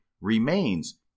remains